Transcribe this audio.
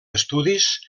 estudis